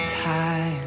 time